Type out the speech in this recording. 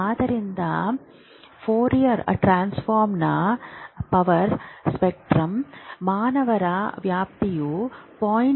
ಆದ್ದರಿಂದ ಫೋರಿಯರ್ ಟ್ರಾನ್ಸ್ಫಾರ್ಮರ್ನಲ್ಲಿನ ಪವರ್ ಸ್ಪೆಕ್ಟ್ರಮ್ನಲ್ಲಿ ಮಾನವರ ವ್ಯಾಪ್ತಿಯು 0